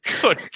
good